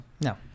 No